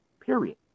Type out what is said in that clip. period